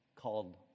called